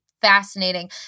Fascinating